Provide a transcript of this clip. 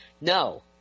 No